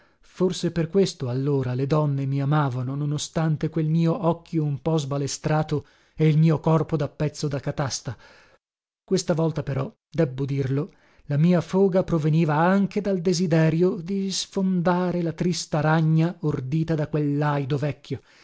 forse per questo allora le donne mi amavano non ostante quel mio occhio un po sbalestrato e il mio corpo da pezzo da catasta questa volta però debbo dirlo la mia foga proveniva anche dal desiderio di sfondare la trista ragna ordita da quel laido vecchio